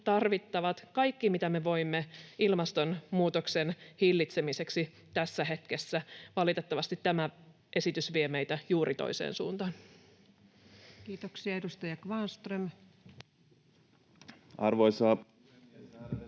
tarvittavat, kaikki, mitä me voimme, ilmastonmuutoksen hillitsemiseksi tässä hetkessä. Valitettavasti tämä esitys vie meitä juuri toiseen suuntaan. Kiitoksia. — Edustaja Kvarnström. Arvoisa